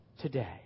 today